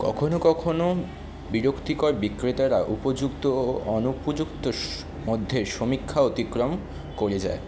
কখনও কখনও বিরক্তিকর বিক্রেতারা উপযুক্ত ও অনুপযুক্ত মধ্যে সমীক্ষা অতিক্রম করে যায়